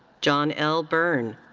john l. byrne.